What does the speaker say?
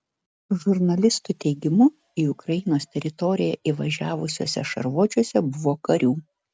žurnalistų teigimu į ukrainos teritoriją įvažiavusiuose šarvuočiuose buvo karių